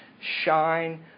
shine